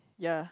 ya